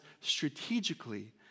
strategically